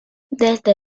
desde